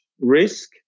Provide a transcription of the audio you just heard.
risk